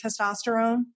testosterone